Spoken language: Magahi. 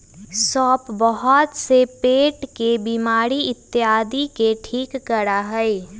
सौंफ बहुत से पेट के बीमारी इत्यादि के ठीक करा हई